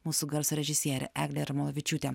mūsų garso režisierė eglė jarmolavičiūtė